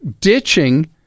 ditching